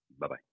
Bye-bye